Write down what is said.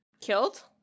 Killed